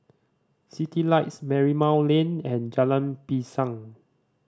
Citylights Marymount Lane and Jalan Pisang